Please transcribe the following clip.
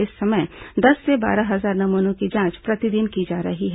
इस समय दस से बारह हजार नमूनों की जांच प्रतिदिन की जा रही है